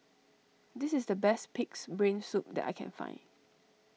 this is the best Pig's Brain Soup that I can find